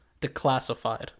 Declassified